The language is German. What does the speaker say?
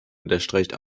unterstreicht